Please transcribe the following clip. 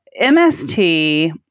MST